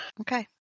okay